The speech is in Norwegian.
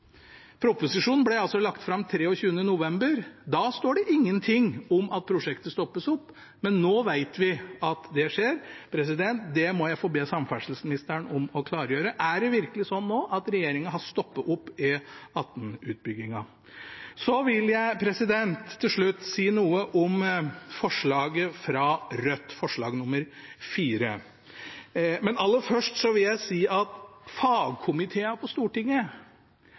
Proposisjonen ble altså lagt fram den 23. november. Det står ingenting om at prosjektet stoppes, men nå vet vi at det skjer. Det må jeg be samferdselsministeren om å klargjøre: Er det virkelig sånn at regjeringen nå har stoppet E18-utbyggingen? Til slutt vil jeg si noe om forslag nr. 4, fra Rødt. Aller først vil jeg si at komiteene på Stortinget